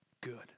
good